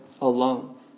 alone